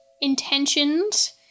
intentions